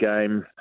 game